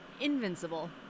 Invincible